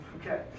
okay